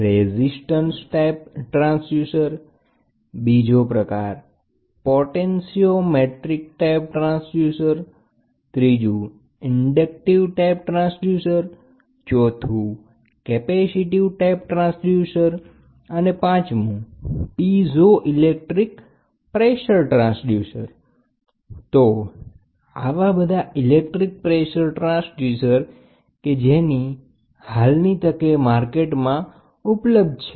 resistance type transducer potentiometric type transducer inductive type transducer capacitive type transducer piezo electric pressure transducer તો આ કેટલાંક electric pressure transducers છે કે જે હાલમાં બજારમાં ઉપલબ્ધ છે